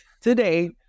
today